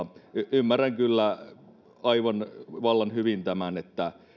ymmärrän kyllä vallan hyvin tämän että